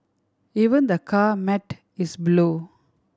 even the car mat is blue